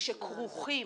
שכרוכים